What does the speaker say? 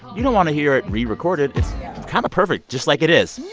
you don't want to hear it rerecorded. it's kind of perfect just like it is